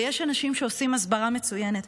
ויש אנשים שעושים הסברה מצוינת,